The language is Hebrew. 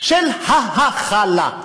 של ההכלה,